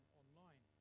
online